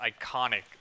iconic